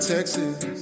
Texas